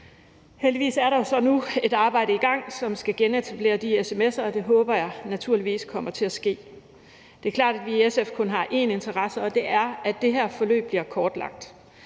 Heldigvis er der jo så nu et arbejde i gang, som skal genetablere de sms'er, og det håber jeg naturligvis kommer til at ske. Det er klart, at vi i SF kun har én interesse, og det er, at det her forløb bliver kortlagt.